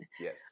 Yes